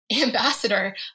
ambassador